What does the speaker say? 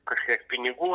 kažkiek pinigų